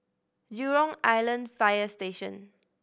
Jurong Island Fire Station